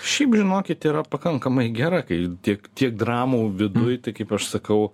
šiaip žinokit yra pakankamai gera kai tiek tiek dramų viduj tai kaip aš sakau